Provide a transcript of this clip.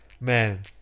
man